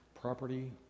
property